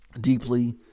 deeply